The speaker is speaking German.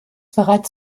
bereits